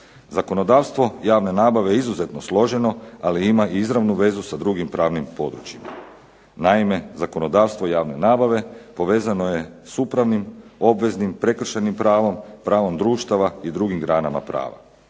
Zakonodavstvo javne nabave je izuzetno složeno, ali ima i izravnu vezu sa drugim pravnim područjima. Naime, zakonodavstvo javne nabave povezano je sa upravnim, obveznim, prekršajnim pravom, pravom društava i drugim granama prava.